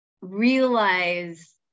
realize